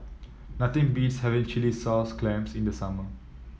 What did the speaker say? nothing beats having Chilli Sauce Clams in the summer